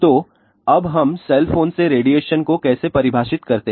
तो अब हम सेल फोन से रेडिएशन को कैसे परिभाषित करते हैं